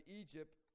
Egypt